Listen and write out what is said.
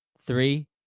Three